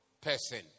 person